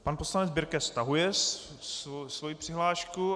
Pan poslanec Birke stahuje svou přihlášku.